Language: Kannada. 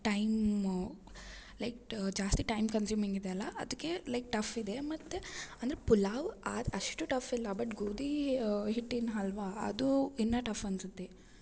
ಟೈಮು ಲೈಕ್ ಜಾಸ್ತಿ ಟೈಮ್ ಕನ್ಸುಮಿಂಗ್ ಇದೆಯಲ್ಲ ಅದಕ್ಕೆ ಲೈಕ್ ಟಫ್ ಇದೆ ಮತ್ತು ಅಂದ್ರೆ ಪಲಾವ್ ಅಷ್ಟು ಟಫ್ ಇಲ್ಲ ಬಟ್ ಗೋಧಿ ಹಿಟ್ಟಿನ ಹಲ್ವ ಅದು ಇನ್ನು ಟಫ್ ಅನ್ಸುತ್ತೆ